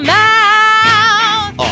mouth